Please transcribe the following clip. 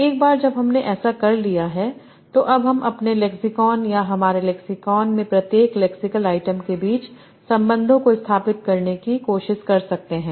एक बार जब हमने ऐसा कर लिया है तो अब हम अपने लेक्सिकॉन या हमारे लेक्सिकॉन में प्रत्येक लेक्सिकल आइटम के बीच संबंधों को स्थापित करने की कोशिश कर सकते हैं